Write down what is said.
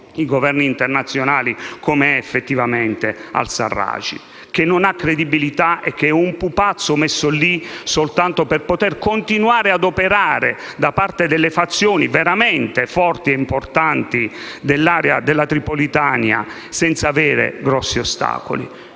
i governi internazionali, come è effettivamente al-Serraj, che non ha credibilità e che è un pupazzo messo lì soltanto per poter continuare a operare da parte delle fazioni veramente forti e importanti dell'area della Tripolitania senza incontrare grandi ostacoli?